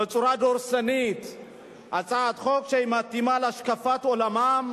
בצורה דורסנית, הצעת חוק שמתאימה להשקפת עולמם,